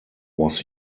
was